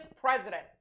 president